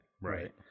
right